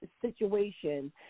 situation